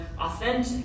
authentic